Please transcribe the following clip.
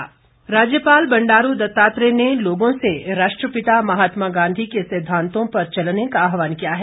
राज्यपाल राज्यपाल बंडारू दत्तात्रेय ने लोगों से राष्ट्रपिता महात्मा गांधी के सिद्धांतों पर चलने का आहवान किया है